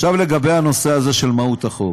עכשיו לגבי הנושא הזה של מהות החוק.